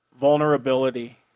Vulnerability